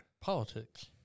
Politics